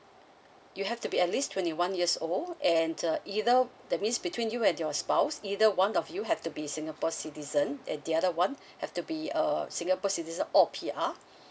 you have to be at least twenty one years old and uh either that means between you and your spouse either one of you have to be singapore citizen and the other one have to be uh singapore citizen or P_R